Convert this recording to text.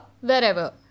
wherever